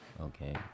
okay